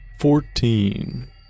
Fourteen